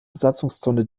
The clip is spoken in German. besatzungszone